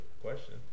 question